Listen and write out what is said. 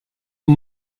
aux